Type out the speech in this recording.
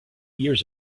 years